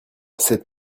cette